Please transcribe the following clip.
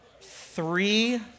Three